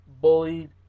bullied